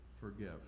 forgive